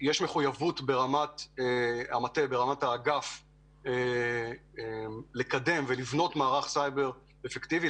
יש מחויבות ברמת המטה והאגף לקדם ולבנות מערך סייבר אפקטיבי.